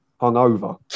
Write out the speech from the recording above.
hungover